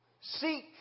Seek